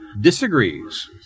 disagrees